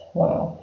wow